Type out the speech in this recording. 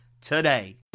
Today